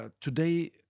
today